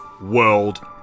World